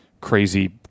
crazy